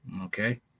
Okay